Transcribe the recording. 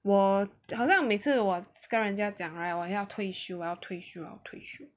我好像每次我跟人家讲 right 我要退休了退休了退休